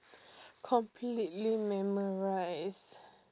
completely memorise